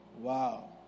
Wow